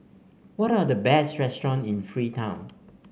what are the best restaurant in Freetown